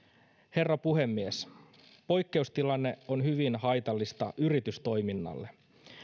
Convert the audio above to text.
herra puhemies poikkeustilanne on hyvin haitallista yritystoiminnalle